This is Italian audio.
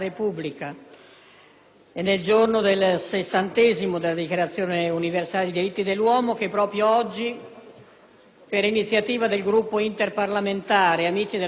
e nel giorno del 60° anniversario della Dichiarazione universale dei diritti dell'uomo, che proprio oggi, per iniziativa del Gruppo interparlamentare «Amici della Birmania»,